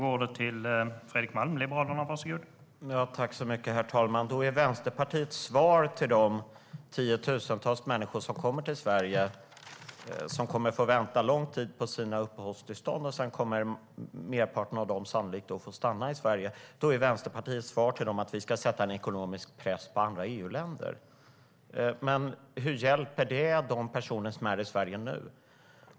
Herr talman! Då är Vänsterpartiets svar till de tiotusentals människor som kommer till Sverige, som kommer att få vänta lång tid på sina uppehållstillstånd - merparten av dem kommer sannolikt att få stanna i Sverige - att vi ska sätta ekonomisk press på andra EU-länder. Men hur hjälper det de personer som är i Sverige nu?